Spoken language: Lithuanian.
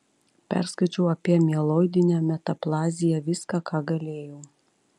perskaičiau apie mieloidinę metaplaziją viską ką galėjau